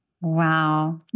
Wow